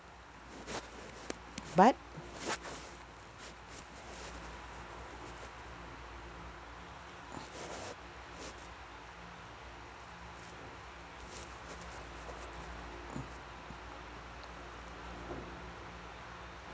but